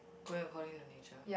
going according to nature